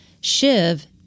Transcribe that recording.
Shiv